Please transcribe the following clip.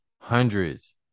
hundreds